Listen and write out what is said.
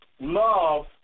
Love